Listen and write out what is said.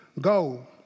go